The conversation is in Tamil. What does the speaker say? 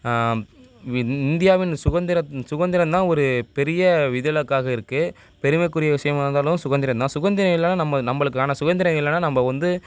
வி இந்தியாவின் சுதந்திரம் சுதந்திரம் தான் ஒரு பெரிய விதிவிலக்காக இருக்குது பெருமைக்குரிய விஷயமா இருந்தாலும் சுதந்திரம் தான் சுதந்திரம் இல்லைன்னா நம்ம நம்பளுக்கான சுதந்திரம் இல்லைன்னா நம்ப வந்து